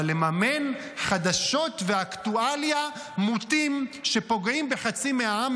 אבל לממן חדשות ואקטואליה מוטים שפוגעים בחצי מהעם,